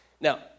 Now